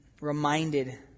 reminded